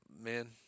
man